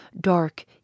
dark